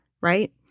right